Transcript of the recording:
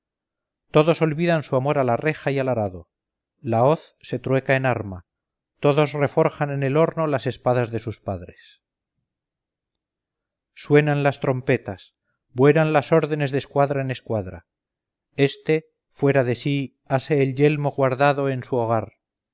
todos olvidan su amor a la reja y al arado la hoz se trueca en arma todos reforjan en el horno las espadas de sus padres suenan las trompetas vuelan las órdenes de escuadra en escuadra este fuera de sí ase el yelmo guardado en su hogar